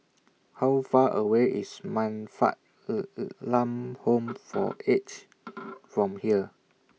How Far away IS Man Fatt Lam Home For Aged from here